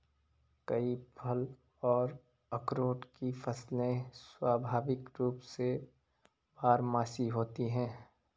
कई फल और अखरोट की फसलें स्वाभाविक रूप से बारहमासी होती हैं